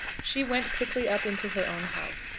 she went quickly up into her own house,